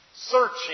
searching